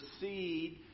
seed